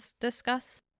discuss